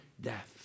death